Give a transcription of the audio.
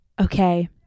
Okay